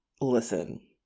Listen